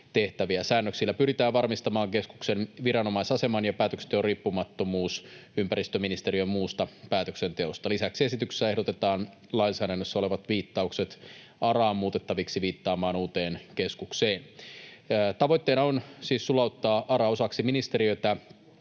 Säännöksillä pyritään varmistamaan keskuksen viranomaisaseman ja päätöksenteon riippumattomuus ympäristöministeriön muusta päätöksenteosta. Lisäksi esityksessä ehdotetaan lainsäädännössä olevat viittaukset ARAan muutettaviksi viittaamaan uuteen keskukseen. Tavoitteena on siis sulauttaa ARA osaksi ministeriötä